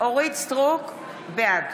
בעד